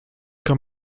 kann